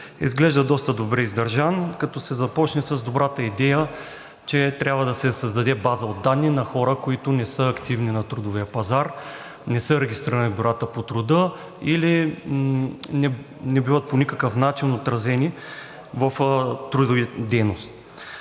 изглежда доста добре издържан, като се започне с добрата идея, че трябва да се създаде база от данни на хора, които не са активни на трудовия пазар, не са регистрирани в бюрата по труда или не биват по никакъв начин отразени в трудовата си дейност.